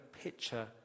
picture